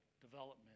development